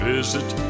Visit